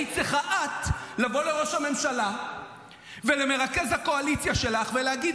היית צריכה את לבוא לראש הממשלה ולמרכז הקואליציה שלך ולהגיד